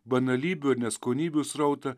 banalybių ir neskonybių srautą